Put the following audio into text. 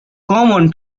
common